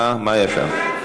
מה היה שם?